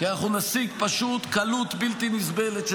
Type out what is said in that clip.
כי אנחנו נשיג פשוט קלות בלתי נסבלת של